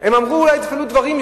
הם אמרו, אולי יִטפלו דברים.